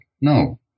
No